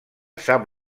sap